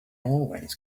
always